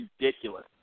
ridiculous